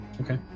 Okay